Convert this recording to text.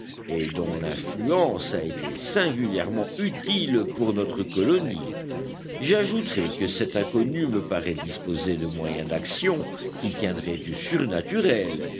et dont l'influence a été singulièrement utile pour notre colonie j'ajouterai que cet inconnu me paraît disposer de moyens d'action qui tiendraient du surnaturel